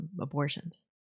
abortions